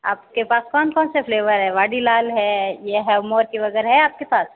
आपके पास कौन कौन से फ्लेवर है वाडीलाल है ये है मोर्क वगैरह है आपके पास